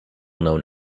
known